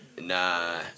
Nah